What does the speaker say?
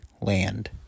land